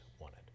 wanted